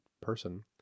person